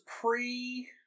pre